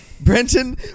Brenton